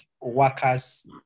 workers